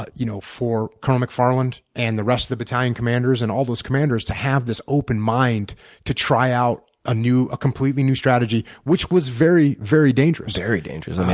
but you know for colonel mcfarland and the rest of the battalion commanders and all those commanders to have this open mind to try out ah a completely new strategy, which was very, very dangerous, very dangerous. um and